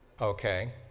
Okay